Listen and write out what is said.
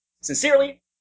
Sincerely